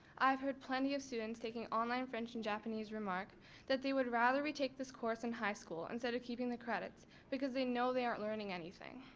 i've heard plenty of students taking online french and japanese remark that they would rather retake this course in high school instead of keeping the credit because they know they aren't learning anything.